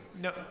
No